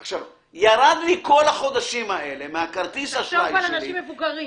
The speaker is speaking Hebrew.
ירדו לי סכומים במשך הרבה חודשים מכרטיס האשראי שלי.